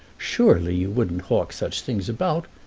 surely you wouldn't hawk such things about?